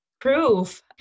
Proof